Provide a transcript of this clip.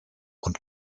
und